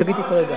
שגיתי כרגע.